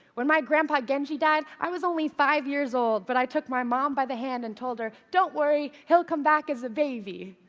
when my grandpa genji died, i was only five years old, but i took my mom by the hand and told her, don't worry, he'll come back as a baby.